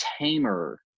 tamer